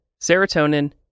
serotonin